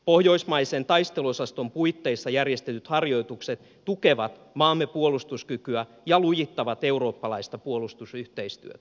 pohjoismaisen taisteluosaston puitteissa järjestetyt harjoitukset tukevat maamme puolustuskykyä ja lujittavat euroop palaista puolustusyhteistyötä